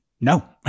no